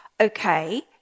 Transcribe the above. okay